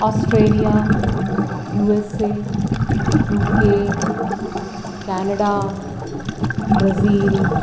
Australia USA UK Canada Brazil